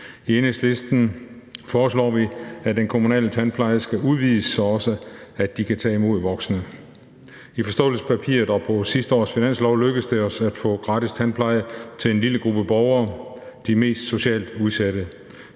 I Enhedslisten foreslår vi, at den kommunale tandpleje skal udvides, så de også kan tage imod voksne. I forståelsespapiret og på sidste års finanslov lykkedes det os at få gratis tandpleje til en lille gruppe borgere, de mest socialt udsatte.